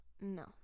No